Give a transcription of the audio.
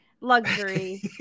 luxury